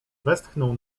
westchnął